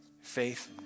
faith